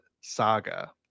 Saga